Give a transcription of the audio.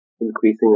increasing